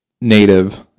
Native